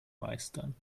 meistern